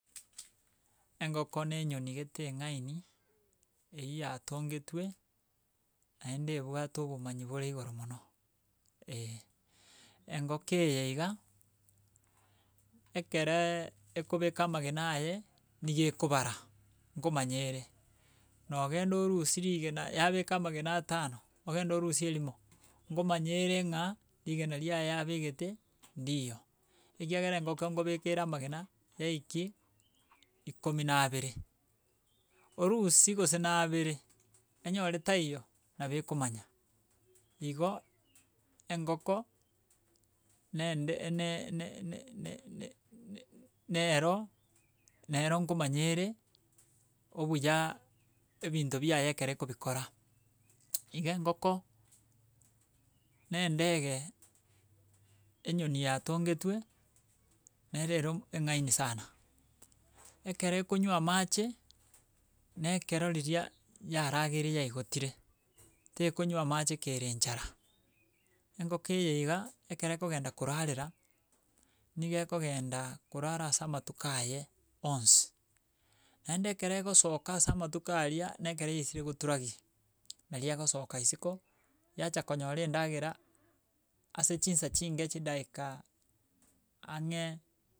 engoko na enyoni gete eng'aini eywo yatongetwe, naende ebwate obomanyi bore igoro mono, eh. Engoko eye iga, ekereeee ekobeka amagena aye, niga ekobara ngomanya ere, na ogenda orusie rigena yabeka amagena atano ogende orusie erimo, ngomanya ere ng'a rigena riaye riabegete ndiyo, ekeagera engoko nkobeka ere amagena, yaikia, ikomi na abere. Orusie gose na abere enyore taiyo, nabo ekomanya. Igo engoko na ende na- na- na- na- na- naa- na ero, na ero nkomanya ere, obuya ebinto biaye ekera ekobikora. Iga engoko, na endege, enyoni yatongetwe, na ero ere eng'aini sana. Ekero ekonywa amache, na ekero riria yarageire yaigotire tekonywa amache kere enchara, engoko eye iga, ekera ekogenda korarera, niga ekogenda korara asa amatuko aye onsi. Naende ekera egosoka ase amatuko aria, na ekero yaisire goturagi, nari egosoka isiko, yacha konyora endagera ase chinsa chinke chidaika ang'e.